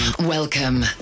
Welcome